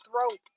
throat